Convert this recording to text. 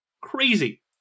Crazy